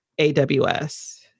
AWS